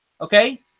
Okay